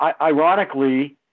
ironically